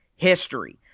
history